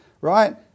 right